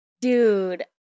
dude